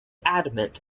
adamant